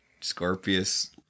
scorpius